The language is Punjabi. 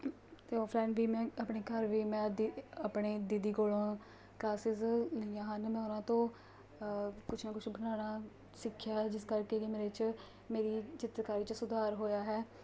ਅਤੇ ਔਫਲਾਈਨ ਵੀ ਮੈਂ ਆਪਣੇ ਘਰ ਵੀ ਮੈਂ ਦੀ ਆਪਣੇ ਦੀਦੀ ਕੋਲੋਂ ਕਲਾਸਿਸ ਲਈਆਂ ਹਨ ਮੈਂ ਉਨ੍ਹਾਂ ਤੋਂ ਕੁਛ ਨਾ ਕੁਛ ਬਣਾਉਣਾ ਸਿੱਖਿਆ ਹੈ ਜਿਸ ਕਰਕੇ ਕਿ ਮੇਰੇ 'ਚ ਮੇਰੀ ਚਿੱਤਰਕਾਰੀ 'ਚ ਸੁਧਾਰ ਹੋਇਆ ਹੈ